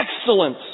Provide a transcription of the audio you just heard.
excellence